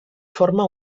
forma